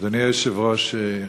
אדוני היושב-ראש,